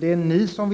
Det är ni som